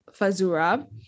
Fazura